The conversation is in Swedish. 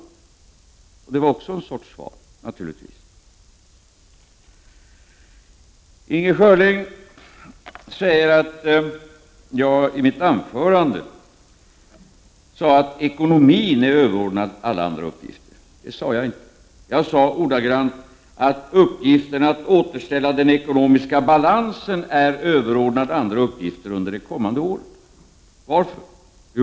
Det var naturligtvis också en sorts svar. Inger Schörling säger att jag i mitt anförande hävdade att ekonomin är överordnad alla andra uppgifter. Det sade jag inte. Jag sade ordagrant att uppgiften att återställa den ekonomiska balansen är överordnad andra uppgifter under det kommande året. Varför?